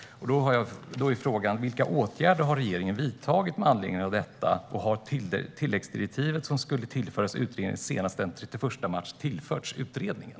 Vilka åtgärder har regeringen vidtagit med anledning av detta, och har det tilläggsdirektiv som skulle tillföras utredningen senast den 31 mars tillförts utredningen?